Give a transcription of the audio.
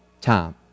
time